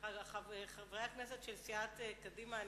חברי הכנסת של סיעת קדימה,